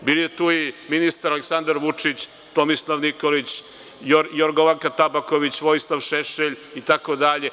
Bio je tu ministar Aleksandar Vučić, Tomislav Nikolić, Jorgovanka Tabaković, Vojislav Šešelj, itd.